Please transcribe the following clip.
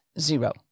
zero